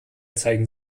zeigen